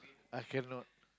I cannot